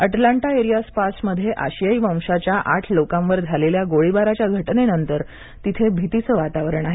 Atlanta area spas मध्ये आशियाई वंशाच्या आठ लोकांवर झालेल्या गोळीबाराच्या घटनेनंतर तिथे भीतीचे वातावरण आहे